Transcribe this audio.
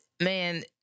Man